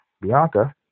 Bianca